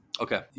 Okay